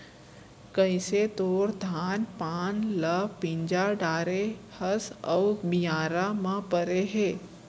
कइसे तोर धान पान ल मिंजा डारे हस अउ बियारा म परे हे